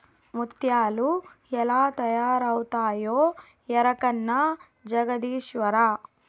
ముత్యాలు ఎలా తయారవుతాయో ఎరకనా జగదీశ్వరా